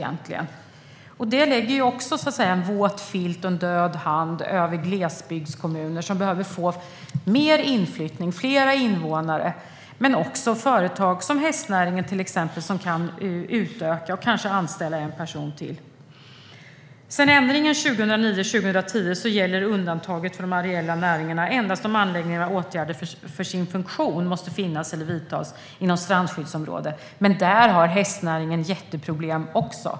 Detta lägger också en våt filt och en död hand över glesbygdskommuner som behöver få mer inflyttning och fler invånare men också företag, såsom hästnäringen, som kan utöka och kanske anställa en person till. Sedan ändringen 2009/10 gäller undantaget för de areella näringarna endast om anläggningarna eller åtgärderna för sin funktion måste finnas eller vidtas inom strandskyddsområde. Men där har hästnäringen jätteproblem också.